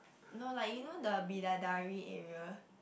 no like you know the Bidadari area